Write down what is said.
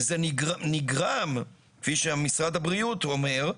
וזה נגרם, כפי שמשרד הבריאות אומר,